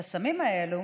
הסמים האלה